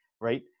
right